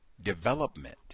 development